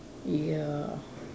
ya